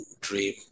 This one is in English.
dream